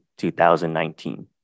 2019